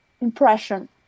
impression